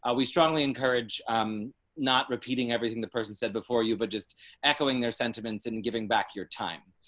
ah we strongly encourage um not repeating everything the person said before you, but just echoing their sentiments and giving back your time.